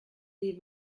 les